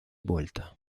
vuelta